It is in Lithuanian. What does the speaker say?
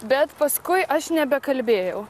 bet paskui aš nebekalbėjau